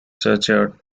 churchyard